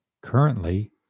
Currently